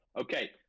Okay